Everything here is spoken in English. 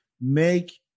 make